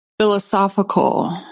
philosophical